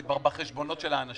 זה כבר בחשבונות של האנשים.